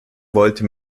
wollte